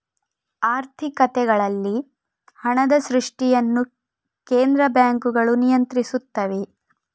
ಆರ್ಥಿಕತೆಗಳಲ್ಲಿ ಹಣದ ಸೃಷ್ಟಿಯನ್ನು ಕೇಂದ್ರ ಬ್ಯಾಂಕುಗಳು ನಿಯಂತ್ರಿಸುತ್ತವೆ